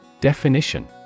Definition